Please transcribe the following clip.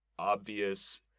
obvious